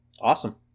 Awesome